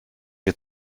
wir